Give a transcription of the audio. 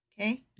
Okay